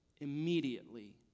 immediately